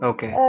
Okay